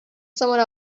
someone